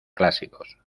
clásicos